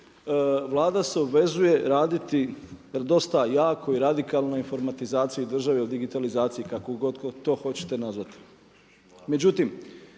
Vlada se obvezuje raditi jer dosta jakoj i radikalnoj informatizaciji države o digitalizaciji kako god to hoćete nazvati.